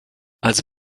als